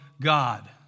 God